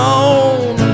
on